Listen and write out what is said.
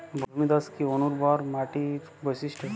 ভূমিধস কি অনুর্বর মাটির বৈশিষ্ট্য?